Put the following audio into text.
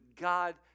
God